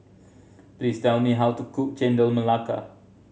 please tell me how to cook Chendol Melaka